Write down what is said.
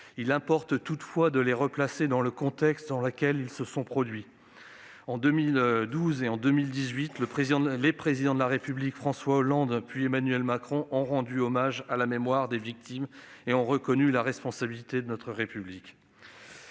il importe de les replacer dans leur contexte. En 2012 et en 2018, les présidents de la République François Hollande, puis Emmanuel Macron, ont rendu hommage à la mémoire des victimes et ont reconnu la responsabilité de notre République.